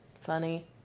Funny